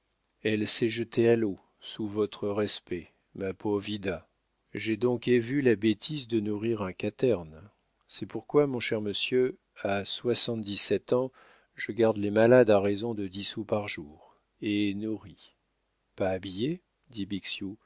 elle s'est jetée à l'eau sous votre respect ma pôv'ida j'ai donc évu la bêtise de nourrir un quaterne c'est pourquoi mon cher monsieur à soixante-dix-sept ans je garde les malades à raison de dix sous par jour et nourrie pas habillée